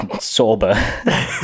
sober